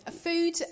food